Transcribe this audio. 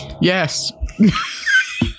Yes